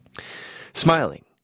Smiling